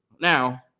Now